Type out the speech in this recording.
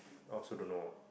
I also don't know